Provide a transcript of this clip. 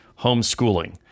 homeschooling